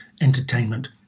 entertainment